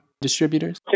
distributors